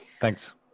thanks